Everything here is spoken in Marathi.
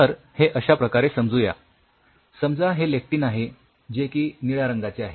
तर हे अश्या प्रकारे समजू या समजा हे लेक्टिन आहे जे की निळ्या रंगाचे आहे